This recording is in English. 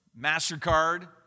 MasterCard